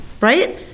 right